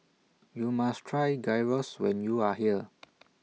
YOU must Try Gyros when YOU Are here